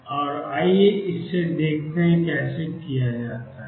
और आइए देखें कि यह कैसे किया जाता है